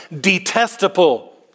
detestable